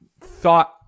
thought